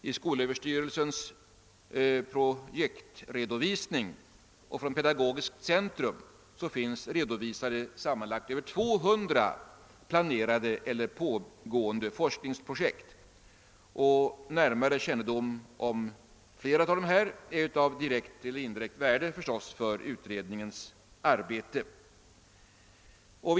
I skol överstyrelsens projektredovisning och inom Pedagogiskt centrum finns sammanlagt över 200 planerade eller pågående forskningsprojekt. Närmare kännedom om dessa är givetvis av indirekt eller direkt värde för utredningens arbete.